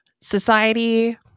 Society